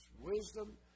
Wisdom